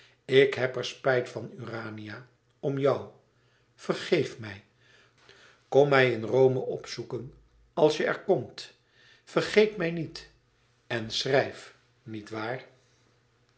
ik heb er spijt van urania om jou vergeef mij kom mij in rome opzoeken als je er komt vergeet mij niet en schrijf niet waar